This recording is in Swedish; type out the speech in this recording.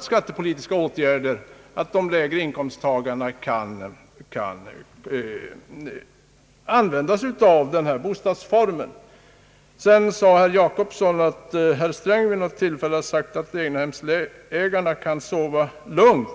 skattepolitiska åtgärder att också de lägre inkomsttagarna kan få tillgång till denna bostadsform. Herr Jacobsson påminde om att statsrådet Sträng vid något tillfälle sagt att egnahemsägarna kan sova lugnt.